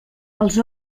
els